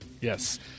Yes